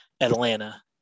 Atlanta